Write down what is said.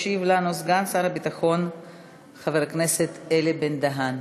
ישיב לנו סגן שר הביטחון חבר הכנסת אלי בן-דהן.